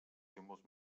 símbols